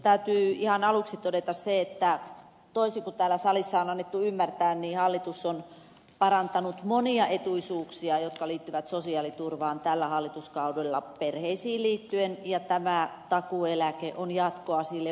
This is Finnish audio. täytyy ihan aluksi todeta se että toisin kuin täällä salissa on annettu ymmärtää hallitus on parantanut monia etuisuuksia jotka liittyvät sosiaaliturvaan tällä hallituskaudella perheisiin liittyen ja tämä takuueläke on jatkoa sille uudistukselle